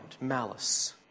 malice